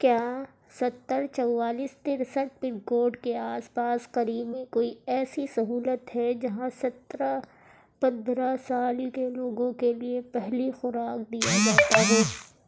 کیا ستّر چوالیس تریسٹھ پن کوڈ کے آس پاس قریب میں کوئی ایسی سہولت ہے جہاں سترہ پندرہ سال کے لوگوں کے لیے پہلی خوراک دیا جاتا ہو